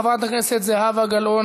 חברת הכנסת זהבה גלאון,